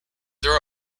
there